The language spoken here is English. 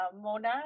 Mona